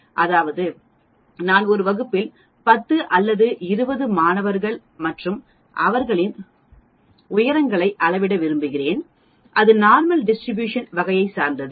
அதாவது நான் ஒரு வகுப்பில் 10 அல்லது 20 மாணவர்கள் மற்றும் அவர்களின் உயரங்களை அளவிட விரும்புகிறேன் இது நார்மல் டிஸ்ட்ரிபியூஷன் வகையை சார்ந்தது